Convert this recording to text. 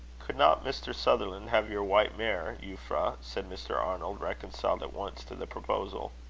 could not mr. sutherland have your white mare, euphra? said mr. arnold, reconciled at once to the proposal.